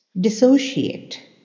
Dissociate